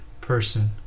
person